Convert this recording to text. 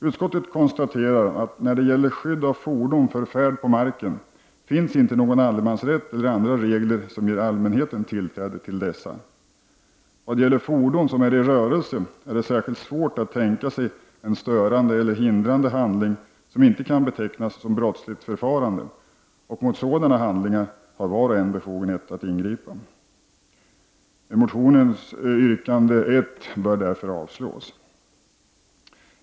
Utskottet konstaterar att det när det gäller skydd av fordon för färd på marken inte finns någon allemansrätt eller andra regler som ger allmänheten tillträde till dessa. Vad gäller fordon som är i rörelse är det särskilt svårt att tänka sig en störande eller hindrande handling som inte kan betecknas som brottsligt förfarande, och mot sådana handlingar har var och en befogenhet att ingripa. Yrkande 1 i motion Fö28 bör därför avslås.